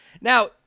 Now